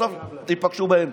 בסוף תיפגשו באמצע,